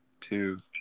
two